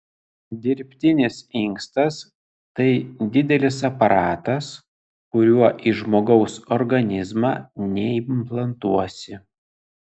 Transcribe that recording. dirbtinis inkstas tai didelis aparatas kurio į žmogaus organizmą neimplantuosi